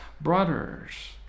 brothers